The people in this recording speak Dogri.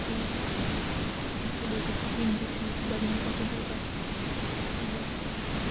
सीट एह् केह् बोलदे की विंडो सीट तो बड़ी इम्पार्टेंट होती है